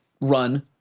run